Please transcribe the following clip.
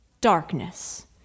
darkness